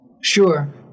Sure